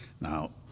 Now